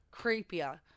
creepier